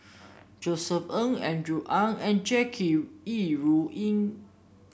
Josef Ng Andrew Ang and Jackie Yi Ru Ying